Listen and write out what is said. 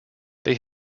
they